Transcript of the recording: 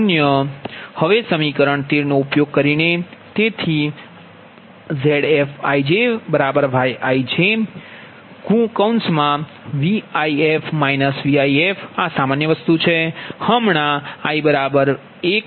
હવે સમીકરણ 13 નો ઉપયોગ કરીને તેથી IfijyijVif Vjf આ સામાન્ય વસ્તુ છે હમણાં i1 j2 If12y12V1f V2fy120